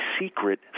secret